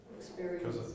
Experience